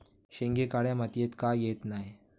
शेंगे काळ्या मातीयेत का येत नाय?